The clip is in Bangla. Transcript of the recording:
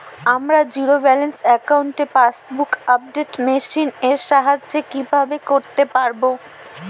আমার জিরো ব্যালেন্স অ্যাকাউন্টে পাসবুক আপডেট মেশিন এর সাহায্যে কীভাবে করতে পারব?